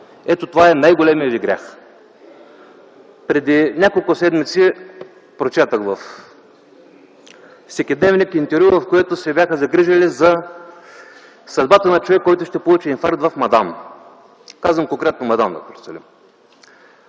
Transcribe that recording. Ето това е най-големият ви грях. Преди няколко седмици прочетох във всекидневник интервю, в което се бяха загрижили за съдбата на човек, който ще получи инфаркт в Мадан. Казвам конкретно Мадан, д-р Сахлим.